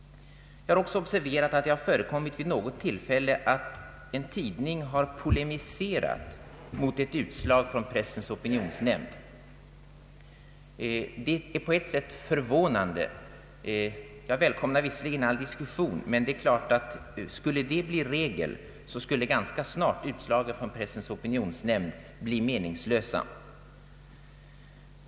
Jag har också observerat att det vid något tillfälle har förekommit att en tidning har polemiserat mot ett utslag från Pressens opinionsnämnd. Skulle detta bli en regel, skulle utslagen från Pressens opinionsnämnd ganska snart bli meningslösa.